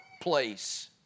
place